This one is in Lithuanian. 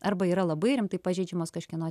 arba yra labai rimtai pažeidžiamos kažkieno